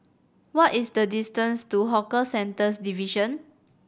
what is the distance to Hawker Centres Division